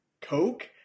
Coke